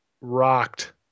rocked